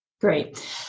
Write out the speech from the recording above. Great